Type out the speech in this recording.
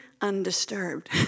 undisturbed